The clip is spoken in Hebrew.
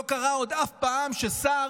עוד לא קרה אף פעם ששר